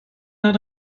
naar